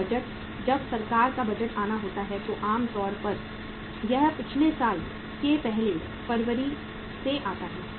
जब बजट जब सरकार का बजट आना होता है तो आम तौर पर यह पिछले साल के पहले फरवरी से आता है